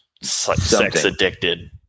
sex-addicted